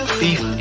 beef